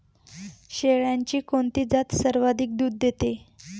शेळ्यांची कोणती जात सर्वाधिक दूध देते?